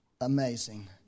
amazing